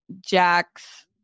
Jack's